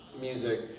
music